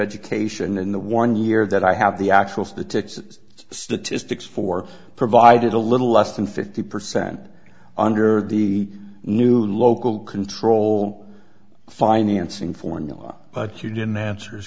education in the one year that i have the actual statistics statistics for provided a little less than fifty percent under the new local control financing formula but you didn't answer